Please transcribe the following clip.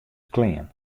klean